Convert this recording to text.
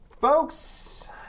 folks